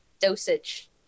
dosage